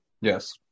Yes